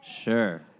Sure